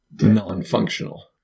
non-functional